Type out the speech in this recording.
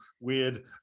weird